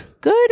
good